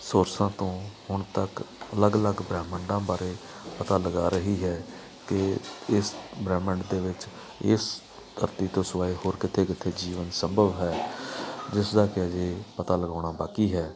ਸੋਰਸਾਂ ਤੋਂ ਹੁਣ ਤੱਕ ਅਲੱਗ ਅਲੱਗ ਬ੍ਰਹਿਮੰਡਾਂ ਬਾਰੇ ਪਤਾ ਲਗਾ ਰਹੀ ਹੈ ਕਿ ਇਸ ਬ੍ਰਹਮੰਡ ਦੇ ਵਿੱਚ ਇਸ ਧਰਤੀ ਤੋਂ ਸਿਵਾਏ ਹੋਰ ਕਿੱਥੇ ਕਿੱਥੇ ਜੀਵਨ ਸੰਭਵ ਹੈ ਜਿਸ ਦਾ ਕਿ ਅਜੇ ਪਤਾ ਲਗਾਉਣਾ ਬਾਕੀ ਹੈ